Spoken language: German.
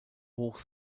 hoch